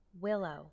Willow